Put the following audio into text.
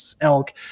elk